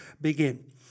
begin